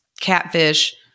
catfish